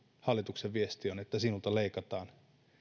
hallituksen viesti on että sinulta leikataan